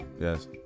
Yes